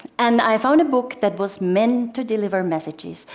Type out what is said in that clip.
and i found a book that was meant to deliver messages.